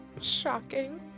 Shocking